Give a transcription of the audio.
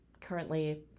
currently